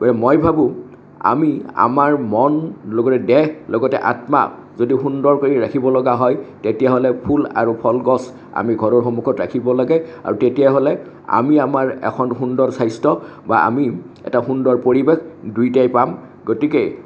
মই ভাবোঁ আমি আমাৰ মন লগতে দেহ লগতে আত্মা যদি সুন্দৰ কৰি ৰাখিবলগা হয় তেতিয়াহ'লে ফুল আৰু ফলগছ আমি ঘৰৰ সন্মুখত ৰাখিব লাগে আৰু তেতিয়াহ'লে আমি আমাৰ এখন সুন্দৰ স্বাস্থ্য বা আমি এটা সুন্দৰ পৰিৱেশ দুয়োটাই পাম গতিকে